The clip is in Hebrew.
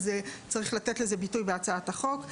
צריך לתת לזה ביטוי בהצעת החוק.